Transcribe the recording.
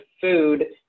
food